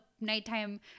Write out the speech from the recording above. nighttime